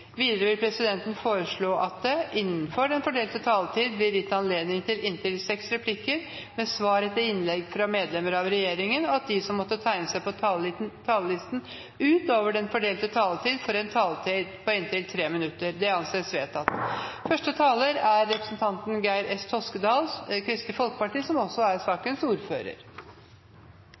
Videre vil presidenten foreslå at det blir gitt anledning til seks replikker med svar etter innlegg fra medlemmer av regjeringen innenfor den fordelte taletid, og at de som måtte tegne seg på talerlisten utover den fordelte taletid, får en taletid på inntil 3 minutter. – Det anses vedtatt. Første taler er representanten Geir Sigbjørn Toskedal, som